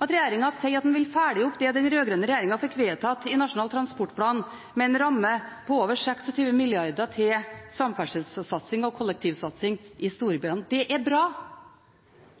at regjeringen sier at den vil følge opp det som den rød-grønne regjeringen fikk vedtatt i Nasjonal transportplan, med en ramme på over 26 mrd. kr til samferdselssatsing og kollektivsatsing i storbyene. Det er bra.